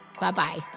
Bye-bye